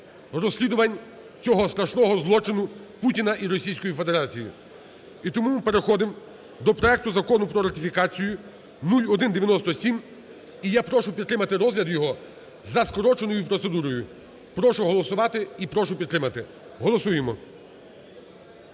розслідувань цього страшного злочину Путіна і Російської Федерації. І тому ми переходимо до проекту Закону про ратифікацію 0194. І я прошу підтримати розгляд його за скороченою процедурою. Прошу голосувати і прошу підтримати. Голосуємо.